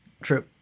True